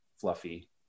fluffy